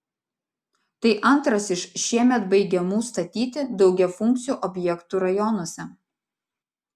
tai antras iš šiemet baigiamų statyti daugiafunkcių objektų rajonuose